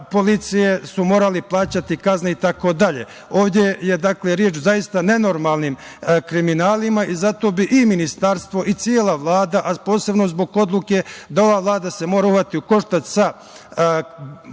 policije i morali su plaćati kazne itd. Ovde je reč o nenormalnim kriminalima i zato bi i ministarstvo i cela Vlada, a posebno zbog odluke da se ova Vlada mora uhvatiti u koštac sa korupcijom,